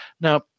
Now